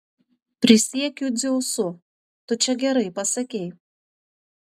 prisiekiu dzeusu tu čia gerai pasakei